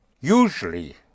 usually